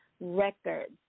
Records